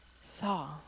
saw